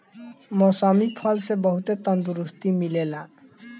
मौसमी फल से बहुते तंदुरुस्ती मिलेला